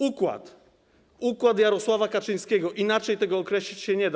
Układ, układ Jarosława Kaczyńskiego, inaczej tego określić się nie da.